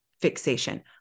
fixation